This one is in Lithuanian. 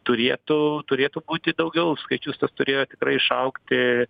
turėtų turėtų būti daugiau skaičius tas turėjo tikrai išaugti